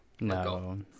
No